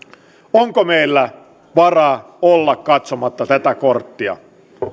onko meillä varaa olla katsomatta tätä korttia